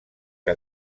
que